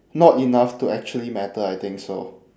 not enough to actually matter I think so